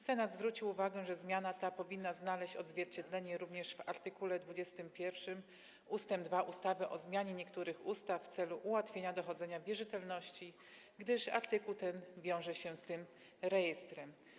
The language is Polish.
Senat zwrócił uwagę, że zmiana ta powinna znaleźć odzwierciedlenie również w art. 21 ust. 2 ustawy o zmianie niektórych ustaw w celu ułatwienia dochodzenia wierzytelności, gdyż treść tego artykułu wiąże się z tym rejestrem.